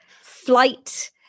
flight